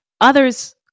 others